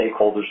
stakeholders